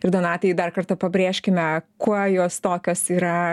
ir donatai dar kartą pabrėžkime kuo jos tokios yra